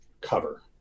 cover